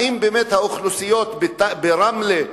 האם באמת האוכלוסיות ברמלה,